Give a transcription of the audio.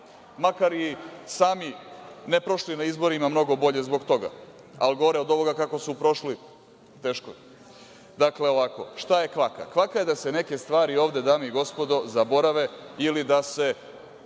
makar i sami ne prošli na izborima mnogo bolje zbog toga, ali gore od ovoga kako su prošli, teško? Dakle, šta je kvaka? Kvaka je da se neke stvari ovde, dame i gospodo, zaborave, da se